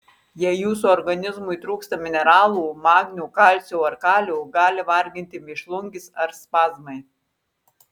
jei jūsų organizmui trūksta mineralų magnio kalcio ar kalio gali varginti mėšlungis ar spazmai